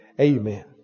amen